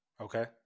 okay